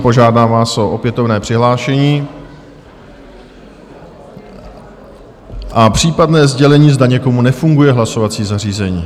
Požádám vás o opětovné přihlášení a případné sdělení, zda někomu nefunguje hlasovací zařízení.